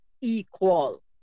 equal